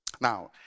Now